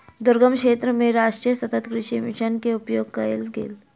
दुर्गम क्षेत्र मे राष्ट्रीय सतत कृषि मिशन के उपयोग कयल गेल